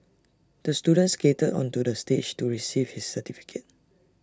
the student skated onto the stage to receive his certificate